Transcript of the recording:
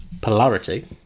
Polarity